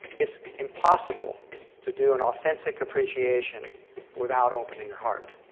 it's impossible to do an authentic appreciation without opening your heart.